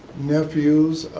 nephews.